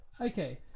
Okay